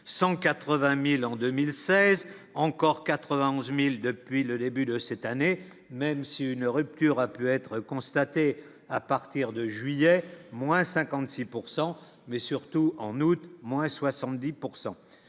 180000 en 2016 encore 91000 2. Depuis le début de cette année, même si une rupture, a pu être constaté à partir de juillet : moins 56 pourcent mais surtout en août, moins 70